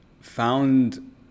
found